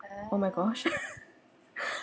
oh my gosh